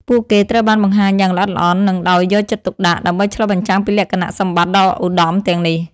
ពួកគេត្រូវបានបង្ហាញយ៉ាងល្អិតល្អន់ និងដោយយកចិត្តទុកដាក់ ដើម្បីឆ្លុះបញ្ចាំងពីលក្ខណៈសម្បត្តិដ៏ឧត្តមទាំងនេះ។